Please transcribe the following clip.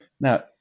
Now